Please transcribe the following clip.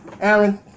Aaron